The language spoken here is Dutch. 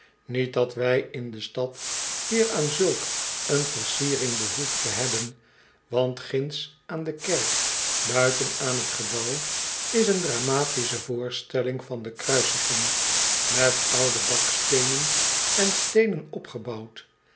niet dat wij in de stad hier aan zulk een versiering behoefte hebben want ginds aan de kerk buiten aan t gebouw is een dramatische voorstelling van de kruisiging met oude baksteenen en steenen opgebouwd